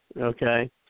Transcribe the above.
Okay